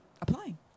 applying